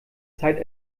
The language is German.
zeit